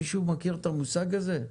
מישהו מכיר את המושג הזה?